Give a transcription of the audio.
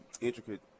intricate